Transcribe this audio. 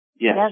Yes